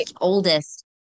oldest